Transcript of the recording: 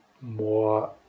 more